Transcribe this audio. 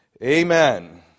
Amen